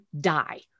die